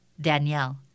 Danielle